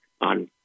on